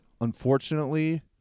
unfortunately